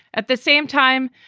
at the same time,